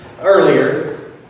earlier